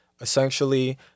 essentially